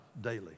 daily